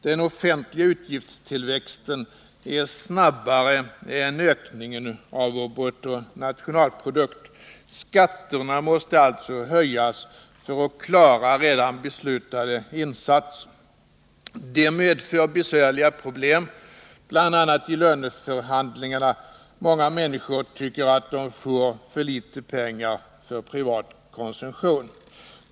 Den offentliga utgiftstillväxten är snabbare än ökningen av vår bruttonationalprodukt. Skatterna måste alltså höjas för att vi skall klara redan beslutade insatser. Det medför besvärliga problem, bl.a. i löneförhandlingarna. Många människor tycker att de får för litet pengar för privat konsumtion.